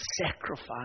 sacrifice